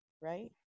right